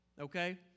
okay